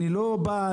אני לא בא,